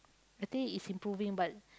I think it's improving but